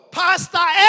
pastor